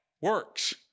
works